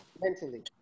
mentally